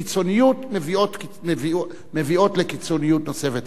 קיצוניות מביאה לקיצוניות נוספת.